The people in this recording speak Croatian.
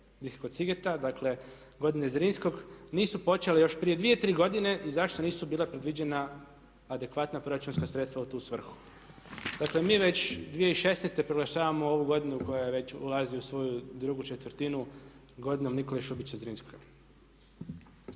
godine Zrinskog nisu počele još prije 2, 3 godine i zašto nisu bila predviđena adekvatna proračunska sredstva u tu svrhu. Dakle mi već 2016. proglašavamo ovu godinu koja već ulazi u svoju drugu četvrtinu godinom Nikole Šubića Zrinskog.